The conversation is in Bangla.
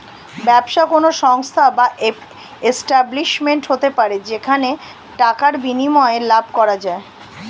ব্যবসা কোন সংস্থা বা এস্টাব্লিশমেন্ট হতে পারে যেখানে টাকার বিনিময়ে লাভ করা যায়